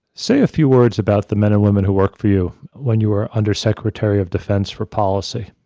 say a few words about the men and women who worked for you when you were undersecretary of defense for policy.